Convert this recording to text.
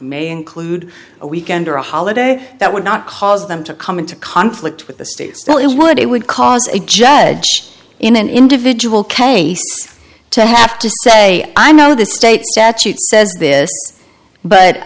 may include a weekend or a holiday that would not cause them to come into conflict with the state still it would it would cause a judge in an individual case to have to say i know the state statute says this but